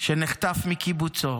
שנחטף מקיבוצו